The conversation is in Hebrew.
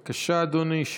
בבקשה, אדוני.